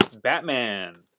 Batman